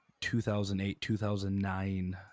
2008-2009